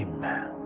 Amen